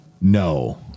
No